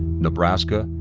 nebraska,